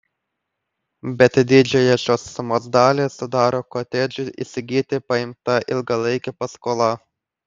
bet didžiąją šios sumos dalį sudaro kotedžui įsigyti paimta ilgalaikė paskola